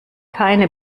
keine